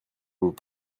vous